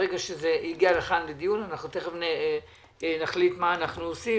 ברגע שזה הגיע לכאן לדיון אנחנו תיכף נחליט מה אנחנו עושים.